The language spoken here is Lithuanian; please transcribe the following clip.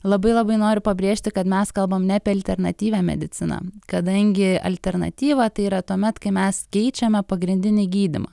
labai labai noriu pabrėžti kad mes kalbam ne apie alternatyvią mediciną kadangi alternatyva tai yra tuomet kai mes keičiame pagrindinį gydymą